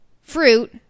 fruit